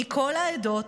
מכל העדות.